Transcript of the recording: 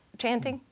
chanting?